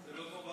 זה לא כמו בארץ,